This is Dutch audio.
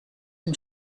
hem